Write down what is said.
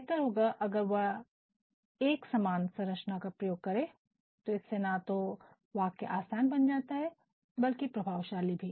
बेहतर होता अगर वह समान संरचना का प्रयोग करे इससे ना तो वाक्य आसान बन जाता बल्कि प्रभावशाली भी